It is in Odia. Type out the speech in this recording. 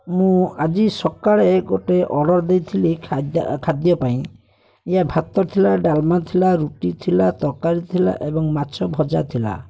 ମୁଁ ଆଜି ସକାଳେ ଗୋଟେ ଅର୍ଡ଼ର୍ ଦେଇଥିଲି ଖାଦ୍ୟ ପାଇଁ ଏହା ଭାତ ଥିଲା ଡାଲ୍ମା ଥିଲା ରୁଟି ଥିଲା ତରକାରୀ ଥିଲା ଏବଂ ମାଛ ଭଜା ଥିଲା